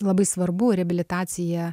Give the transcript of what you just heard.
labai svarbu reabilitacija